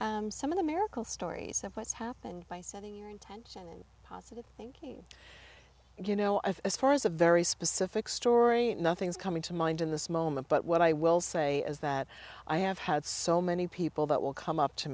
share some of the miracle stories of what's happened by setting your intention and positive thinking you know i've as far as a very specific story nothing's coming to mind in this moment but what i will say is that i have had so many people that will come up to